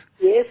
Yes